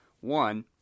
One